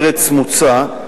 ארץ מוצא,